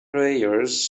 prayers